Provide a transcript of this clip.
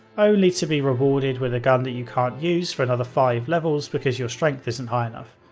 only to be rewarded with a gun that you can't use for another five levels because your strength isn't high enough.